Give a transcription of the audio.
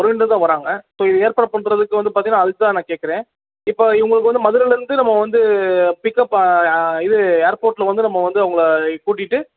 ட்ரெயினில் தான் வராங்க ஸோ இது ஏற்பாடு பண்ணுறதுக்கு வந்து பார்த்தீங்கனா அதுக்கு தா நான் கேட்குறேன் இப்போ இவங்குளுக்கு வந்து மதுரைலேருந்து நம்ம வந்து பிக் அப் இது ஏர்போர்ட்டில் வந்து நம்ம வந்து அவர்கள கூட்டிகிட்டு